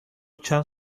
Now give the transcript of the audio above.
چند